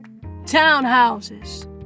townhouses